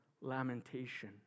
lamentation